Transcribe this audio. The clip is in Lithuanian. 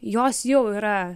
jos jau yra